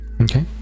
Okay